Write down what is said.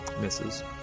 Misses